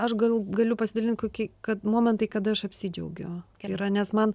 aš gal galiu pasidalint koki kad momentai kada aš apsidžiaugiu yra nes man